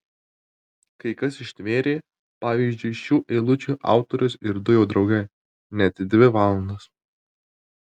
kai kas ištvėrė pavyzdžiui šių eilučių autorius ir du jo draugai net dvi valandas